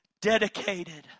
dedicated